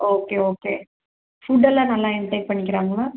okay okay ஃபுட்டெல்லாம் நல்லா intake பண்ணிக்கிறாங்களா